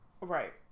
Right